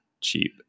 cheap